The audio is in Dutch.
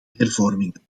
hervormingen